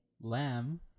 Lamb